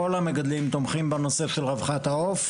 כל המגדלים תומכים ברווחת העוף,